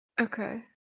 Okay